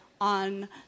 on –